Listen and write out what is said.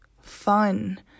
fun